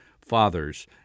fathers